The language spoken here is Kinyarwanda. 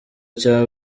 cya